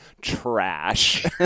trash